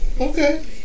okay